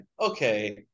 okay